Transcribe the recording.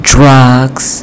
drugs